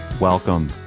welcome